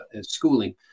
schooling